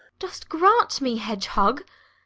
dost grant me, hedgehog?